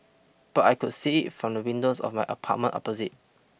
but I could see it from the windows of my apartment opposite